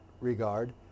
regard